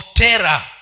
terror